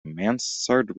mansard